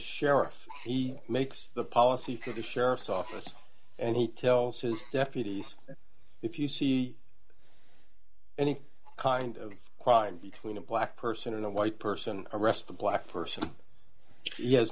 sheriff he makes the policy for the sheriff's office and he tells his deputy if you see any kind of crime between a black person and a white person arrest the black person